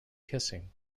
kissing